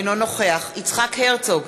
אינו נוכח יצחק הרצוג,